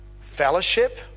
fellowship